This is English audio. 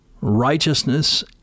Righteousness